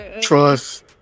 trust